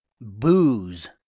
Booze